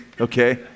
okay